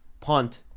punt